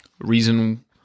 Reason